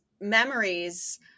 memories